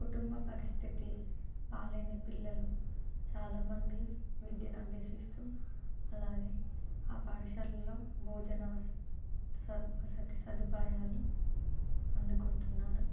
కుటుంబ పరిస్థితి బాలేని పిల్లలు చాలామంది విద్యనభ్యసిస్తూ అలాగే ఆ పాఠశాలలో భోజన వసతి వసతి సదుపాయాలు అందుకుంటున్నారు